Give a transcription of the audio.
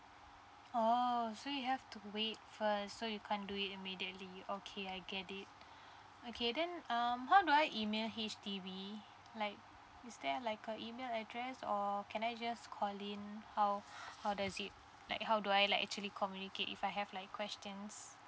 oh so you have to wait first so you can't do it immediately okay I get it okay then um how do I email H_D_B like is there like a email address or can I just call in how how does it like how do I like actually communicate if I have like questions